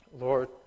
Lord